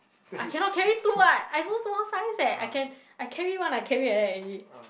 I cannot carry two [what] I so small sized eh I can I carry one I carry like that already